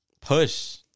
push